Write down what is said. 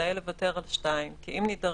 שכדאי לוותר על 2. להפך,